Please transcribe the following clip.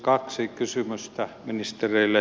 kaksi kysymystä ministereille